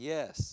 Yes